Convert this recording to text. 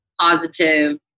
positive